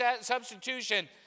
substitution